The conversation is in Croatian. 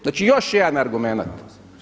Znači još jedan argumenat.